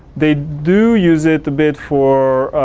they do use it a bit for